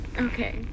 okay